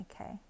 okay